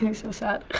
like so sad.